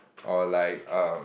or like um